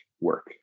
work